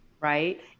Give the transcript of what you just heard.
right